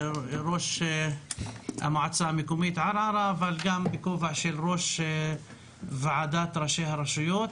ראש המועצה המקומית ערערה אבל גם בכובע של ראש ועד ראשי הרשויות.